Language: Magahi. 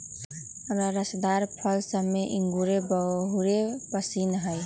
हमरा रसदार फल सभ में इंगूर बहुरे पशिन्न हइ